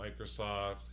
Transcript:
Microsoft